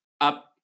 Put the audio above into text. up